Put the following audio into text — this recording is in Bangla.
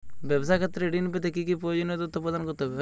ব্যাবসা ক্ষেত্রে ঋণ পেতে কি কি প্রয়োজনীয় তথ্য প্রদান করতে হবে?